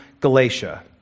Galatia